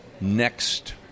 next